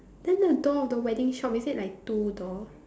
then the door of the wedding shop is it like two door